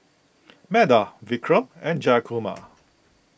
Medha Vikram and Jayakumar